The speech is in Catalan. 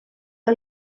que